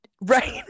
Right